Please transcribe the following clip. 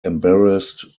embarrassed